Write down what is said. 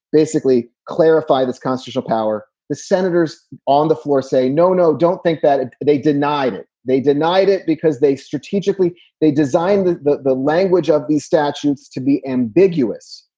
basically clarify this controversial power. the senators on the floor say, no, no, don't think that ah they denied it. they denied it because they strategically they designed the the language of these statutes to be ambiguous,